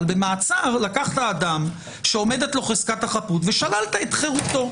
במעצר אתה לוקח אדם שעומדת לו חזקת החפות ושללת את חירותו.